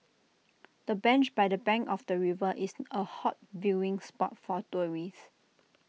the bench by the bank of the river is A hot viewing spot for tourists